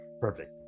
Perfect